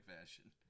fashion